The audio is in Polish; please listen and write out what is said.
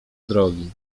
drogi